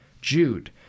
jude